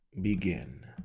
begin